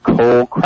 coal